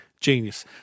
genius